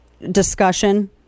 discussion